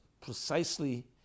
precisely